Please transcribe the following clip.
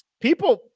People